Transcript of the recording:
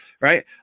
Right